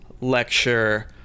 lecture